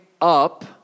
up